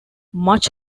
much